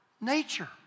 nature